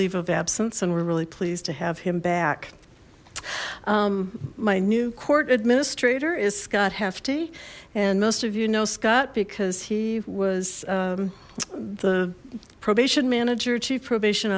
leave of absence and we're really pleased to have him back my new court administrator is scott hefty and most of you know scott because he was the probation manager chief probation